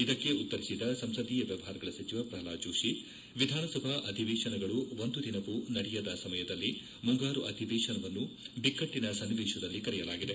ಇದಕ್ಕೆ ಉತ್ತರಿಸಿದ ಸಂಸದೀಯ ವ್ಯವಹಾರಗಳ ಸಚಿವ ಪ್ರಲ್ಹಾದ್ ಜೋತಿ ವಿಧಾನಸಭಾ ಅಧಿವೇಶನಗಳು ಒಂದು ದಿನವೂ ನಡೆಯದ ಸಮಯದಲ್ಲಿ ಮುಂಗಾರು ಅಧಿವೇಶನವನ್ನು ಬಿಕ್ಕಟ್ಟನ ಸನ್ನಿವೇಶದಲ್ಲಿ ಕರೆಯಲಾಗಿದೆ